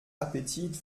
appetit